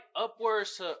upwards